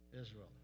Israel